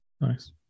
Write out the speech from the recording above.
Nice